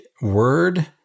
word